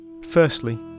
Firstly